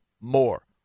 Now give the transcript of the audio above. more